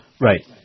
Right